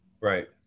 Right